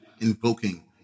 invoking